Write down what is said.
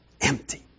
empty